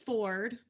Ford